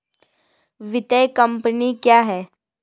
वित्तीय कम्पनी क्या है?